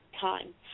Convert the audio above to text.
time